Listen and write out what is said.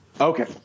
Okay